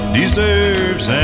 deserves